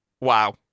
Wow